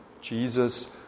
Jesus